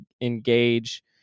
engage